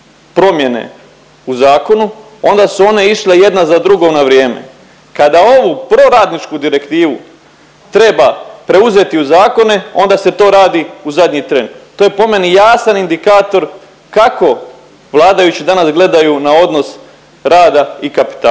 promjene u zakonu onda su one išle jedna za drugom na vrijeme. Kada ovu proradničku direktivu treba preuzeti u zakone onda se to radi u zadnji tren. To je po meni jasan indikator kako vladajući danas gledaju na odnos rada i kapitala.